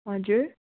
हजुर